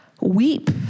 weep